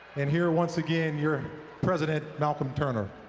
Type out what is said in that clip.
and here once again, your president, malcolm turner.